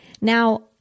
Now